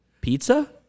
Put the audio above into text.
pizza